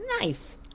Nice